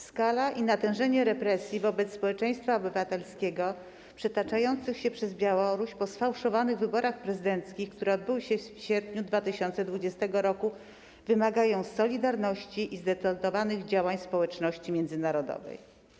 Skala i natężenie represji wobec społeczeństwa obywatelskiego przetaczających się przez Białoruś po sfałszowanych wyborach prezydenckich, które odbyły się w sierpniu 2020 r., wymagają solidarności i zdecydowanych działań społeczności międzynarodowej.